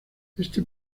este